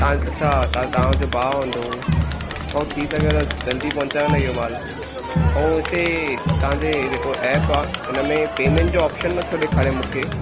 तव्हां अछा त तव्हां जो भाउ हूंदो ऐं थी सघेव त जल्दी पहुचायो न इहो मालु ऐं हिते तव्हांजे जेको ऐप आहे इनमें पेमेंट जो ऑप्शन नथो ॾेखारे मूंखे